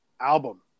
album